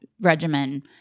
regimen